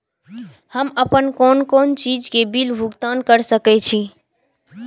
हम आपन कोन कोन चीज के बिल भुगतान कर सके छी?